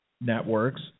networks